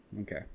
Okay